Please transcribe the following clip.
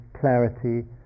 clarity